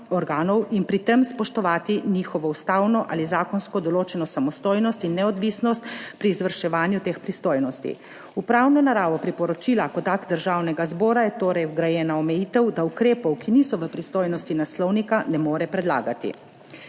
in pri tem spoštovati njihovo ustavno ali zakonsko določeno samostojnost in neodvisnost pri izvrševanju teh pristojnosti. V pravno naravo priporočila kot akt Državnega zbora, je torej vgrajena omejitev, da ukrepov, ki niso v pristojnosti naslovnika ne more predlagati.